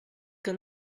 que